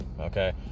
okay